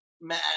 Man